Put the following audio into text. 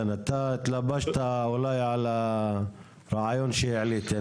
כן, אתה התלבשת אולי על הרעיון שהעליתי.